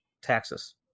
taxes